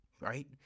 right